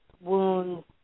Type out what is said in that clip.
wounds